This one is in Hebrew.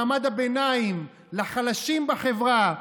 למעמד הביניים, לחלשים בחברה?